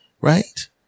Right